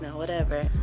whatever.